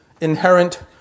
inherent